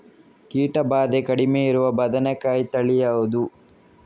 ಕೀಟ ಭಾದೆ ಕಡಿಮೆ ಇರುವ ಬದನೆಕಾಯಿ ತಳಿ ಯಾವುದು?